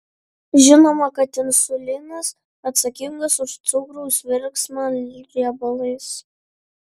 žinoma kad insulinas atsakingas už cukraus virsmą riebalais